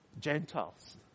Gentiles